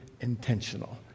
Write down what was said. intentional